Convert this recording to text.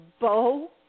bow